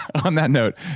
on that note,